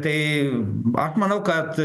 tai aš manau kad